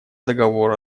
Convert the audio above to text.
договору